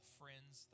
friends